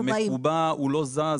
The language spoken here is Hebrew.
לא לא זה מקובע הוא לא זז,